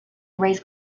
race